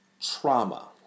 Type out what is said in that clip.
trauma